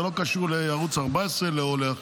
זה לא קשור לערוץ 14 או לאחר.